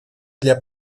для